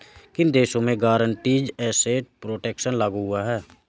किन देशों में गारंटीड एसेट प्रोटेक्शन लागू हुआ है?